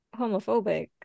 homophobic